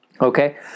Okay